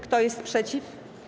Kto jest przeciw?